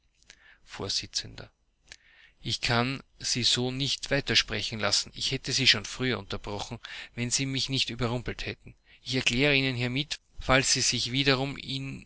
vors ich kann sie so nicht weitersprechen lassen ich hätte sie schon früher unterbrochen wenn sie mich nicht überrumpelt hätten ich erkläre ihnen hiermit falls sie sich wiederum invektiven